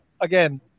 again